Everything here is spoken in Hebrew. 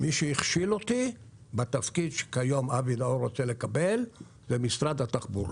מי שהכשיל אותי בתפקיד שכיום אבי נאור רוצה לקבל זה משרד התחבורה.